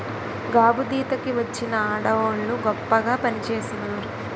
గాబుదీత కి వచ్చిన ఆడవోళ్ళు గొప్పగా పనిచేసినారు